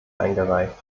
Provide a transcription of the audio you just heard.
eingereicht